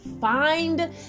find